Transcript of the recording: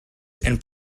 and